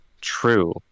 True